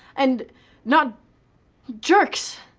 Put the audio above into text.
and not jerks.